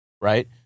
right